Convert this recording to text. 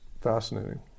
fascinating